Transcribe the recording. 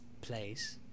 place